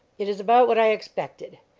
it is about what i expected.